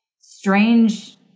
strange